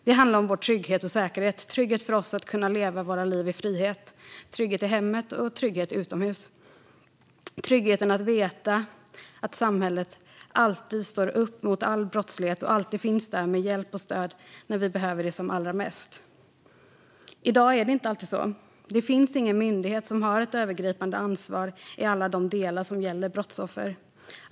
Det handlar om vår trygghet och säkerhet - om trygghet för oss att kunna leva våra liv i frihet, om trygghet i hemmet och trygghet utomhus och om tryggheten i att veta att samhället alltid står upp mot all brottslighet och alltid finns där med hjälp och stöd när vi behöver det som allra mest. I dag är det inte alltid så. Det finns ingen myndighet som har ett övergripande ansvar i alla de delar som gäller brottsoffer.